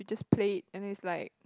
you just play it and then it's like